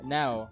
now